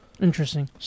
Interesting